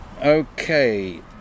Okay